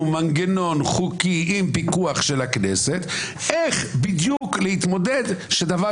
מנגנון חוקי עם פיקוח של הכנסת איך בדיוק להתמודד כדי שדבר